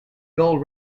gold